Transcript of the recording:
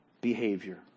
behavior